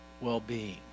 well-being